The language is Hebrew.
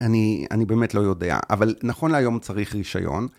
אני באמת לא יודע, אבל נכון להיום צריך רישיון.